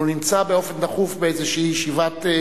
והוא נמצא באופן דחוף באיזו ישיבת,